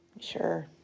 Sure